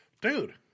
dude